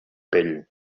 pell